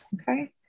Okay